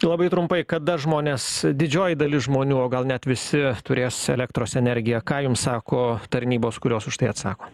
labai trumpai kada žmonės didžioji dalis žmonių o gal net visi turės elektros energiją ką jum sako tarnybos kurios už tai atsako